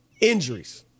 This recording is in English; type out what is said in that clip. Injuries